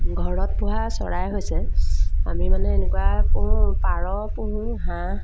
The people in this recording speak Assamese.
ঘৰত পোহা চৰাই হৈছে আমি মানে এনেকুৱা পোহোঁ পাৰ পোহোঁ হাঁহ